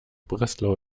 breslau